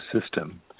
system